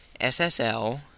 SSL